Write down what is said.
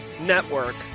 network